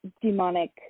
demonic